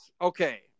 Okay